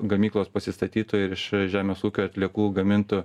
gamyklos pasistatytų iš žemės ūkio atliekų gamintų